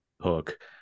Hook